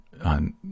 on